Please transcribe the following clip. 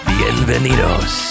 Bienvenidos